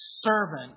servant